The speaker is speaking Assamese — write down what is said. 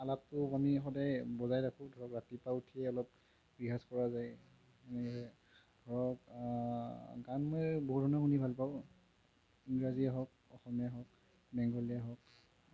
আলাপটো আমি সদায় বজাই ৰাখোঁ ধৰক ৰাতিপুৱা উঠিয়েই অলপ ৰেৱাজ কৰা যায় এনেদৰে ধৰক গান মই বহু ধৰণৰ শুনি ভাল পাওঁ ইংৰাজীয়ে হওক অসমীয়াই হওক বেংগলীয়ে হওক